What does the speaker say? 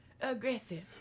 Aggressive